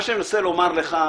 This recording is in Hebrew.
מה שאני מנסה לומר לך,